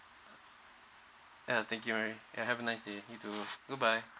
ya thank you mary ya have a nice day you too good bye